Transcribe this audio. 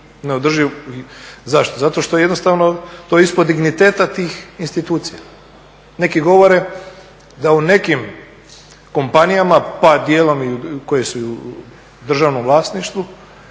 Neodrživ zašto? Zato što jednostavno to je ispod digniteta tih institucija. Neki govore da u nekim kompanijama pa dijelom i koje su u državnom vlasništvu